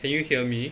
can you hear me